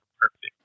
perfect